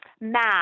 math